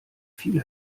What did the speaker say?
viel